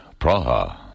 Praha